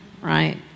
Right